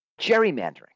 Gerrymandering